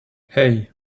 hey